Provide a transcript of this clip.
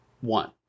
one